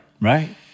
right